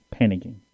Panicking